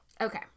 okay